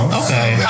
okay